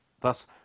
thus